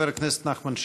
חבר הכנסת נחמן שי.